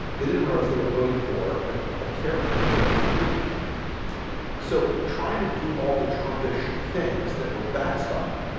they didn't realize they were voting for a ah character. he played on tv so trying to do all the trump is things that were backstopped.